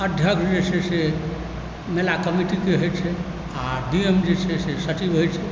अध्यक्ष जे छै से मेला कमिटीके हेड छै आओर डी एम जे छै से सचिव होइ छै